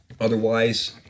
Otherwise